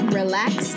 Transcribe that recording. relax